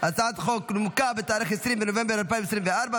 הצעת החוק נומקה בתאריך 20 בנובמבר 2024,